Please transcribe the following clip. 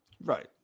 Right